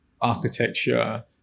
architecture